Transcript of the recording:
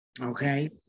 okay